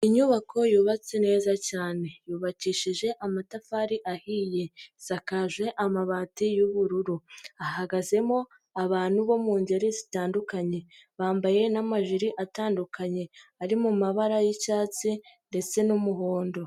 Inyubako yubatse neza cyane, yubakishije amatafari ahiye, isakaje amabati y'ubururu, hahagazemo abantu bo mu ngeri zitandukanye, bambaye n'amajiri atandukanye ari mu mabara y'icyatsi ndetse n'umuhondo.